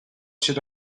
should